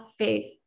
faith